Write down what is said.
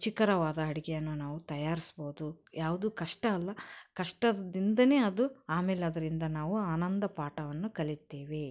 ರುಚಿಕರವಾದ ಅಡುಗೆಯನ್ನು ನಾವು ತಯಾರಿಸ್ಬೋದು ಯಾವುದೂ ಕಷ್ಟ ಅಲ್ಲ ಕಷ್ಟದಿಂದಲೇ ಅದು ಆಮೇಲೆ ಅದರಿಂದ ನಾವು ಆನಂದ ಪಾಠವನ್ನು ಕಲಿತೇವೆ